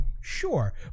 Sure